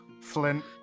Flint